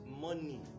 money